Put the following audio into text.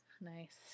Nice